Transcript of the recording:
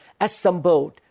assembled